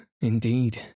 indeed